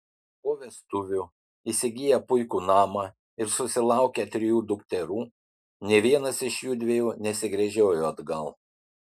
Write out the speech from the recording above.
po vestuvių įsigiję puikų namą ir susilaukę trijų dukterų nė vienas iš jųdviejų nesigręžiojo atgal